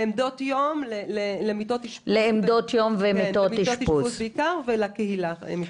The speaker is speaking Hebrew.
לעמדות יום ולמיטות אשפוז בעיקר, ולקהילה.